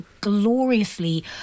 gloriously